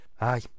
Aye